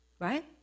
right